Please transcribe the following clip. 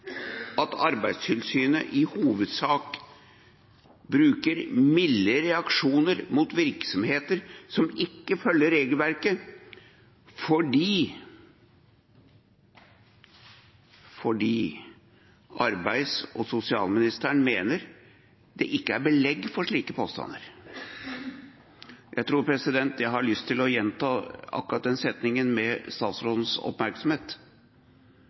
at Arbeidstilsynet i hovedsak bruker milde reaksjoner mot virksomheter som ikke følger regelverket, fordi arbeids- og sosialministeren mener det ikke er belegg for slike påstander. Jeg tror jeg har lyst til å gjenta akkurat den setningen, med statsrådens oppmerksomhet.